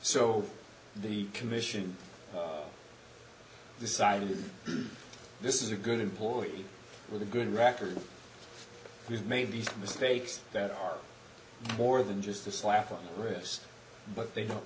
so the commission decided this is a good employee with a good record he's made these mistakes that are more than just a slap on the wrist but they don't